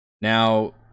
Now